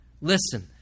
Listen